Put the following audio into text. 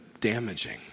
damaging